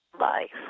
life